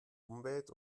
umwelt